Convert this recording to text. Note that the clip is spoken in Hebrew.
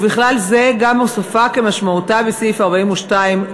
ובכלל זה גם הוספה כמשמעותה בסעיף 42(ג)